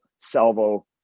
salvo